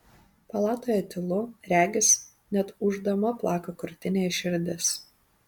palatoje tylu regis net ūždama plaka krūtinėje širdis